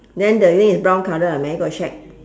then the thing is brown colour ah hai mai li go shack